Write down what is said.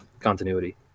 continuity